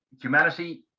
humanity